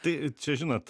tai čia žinot